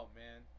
man